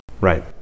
Right